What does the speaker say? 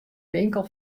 winkel